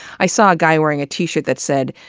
i saw a guy wearing a t-shirt that said,